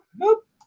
Nope